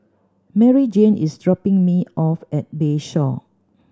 Maryjane is dropping me off at Bayshore